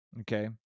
Okay